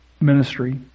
ministry